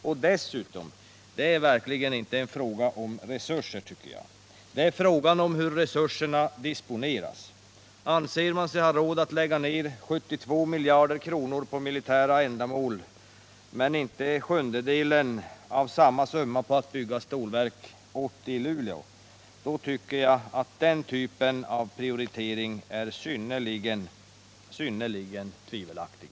Och dessutom: det är verkligen inte en fråga om resurser, det är en fråga om hur resurserna disponeras. Anser man sig ha råd att lägga ned 72 miljarder kronor under en femårsperiod på militära ändamål men inte sjundedelen av samma summa på att bygga Stålverk 80 i Luleå tycker jag att den typen av prioritering är synnerligen tvivelaktig.